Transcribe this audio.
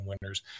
winners